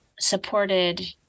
supported